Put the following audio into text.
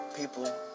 People